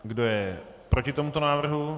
Kdo je proti tomuto návrhu?